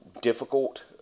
difficult